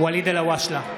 ואליד אלהואשלה,